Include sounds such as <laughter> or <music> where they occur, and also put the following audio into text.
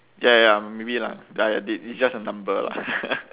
ya ya ya maybe lah a bit it's just a number lah <laughs>